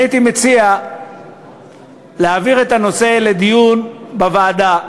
אני הייתי מציע להעביר את הנושא לדיון בוועדה.